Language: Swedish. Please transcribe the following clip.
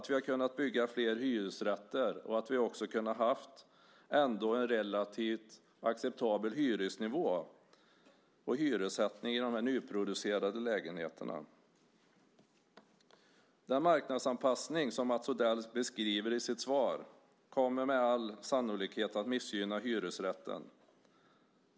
Vi har kunnat bygga fler hyresrätter och också kunnat ha en relativt acceptabel hyresnivå vid hyressättning för de nyproducerade lägenheterna. Den marknadsanpassning som Mats Odell beskriver i sitt svar kommer med all sannolikhet att missgynna hyresrätten.